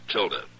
Tilda